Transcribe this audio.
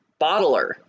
bottler